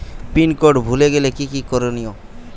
Pin code ভুলে গেলে কি কি করনিয়?